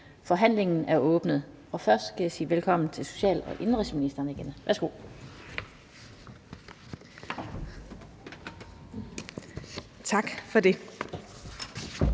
Forhandlingen er åbnet. Først skal jeg sige velkommen til social- og indenrigsministeren igen. Værsgo. Kl.